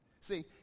see